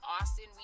Austin